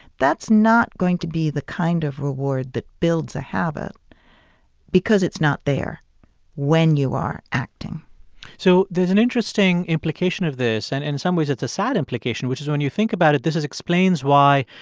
that's not going to be the kind of reward that builds a habit because it's not there when you are acting so there's an interesting implication of this, and in some ways it's a sad implication, which is when you think about it, this is explains why,